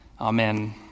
Amen